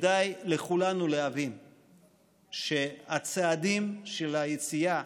כדאי לכולנו להבין שהצעדים של היציאה